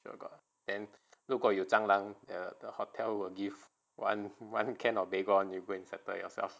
sure got and 如果有蟑螂 at the hotel will give one can baygon you go and settle yourself